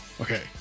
Okay